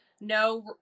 no